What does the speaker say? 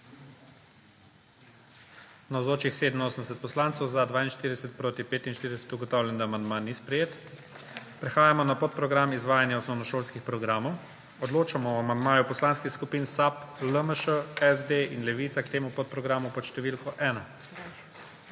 45. (Za je glasovalo 42.) (Proti 45.) Ugotavljam, da amandma ni sprejet. Prehajamo na podprogram Izvajanje osnovnošolskih programov. Odločamo o amandmaju poslanskih skupin SAB, LMŠ, SD in Levica k temu podprogramu pod št. 1.